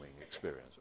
experience